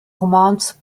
romans